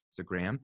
Instagram